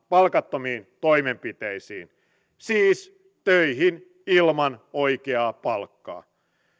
palkattomiin toimenpiteisiin siis töihin ilman oikeaa palkkaa